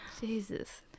jesus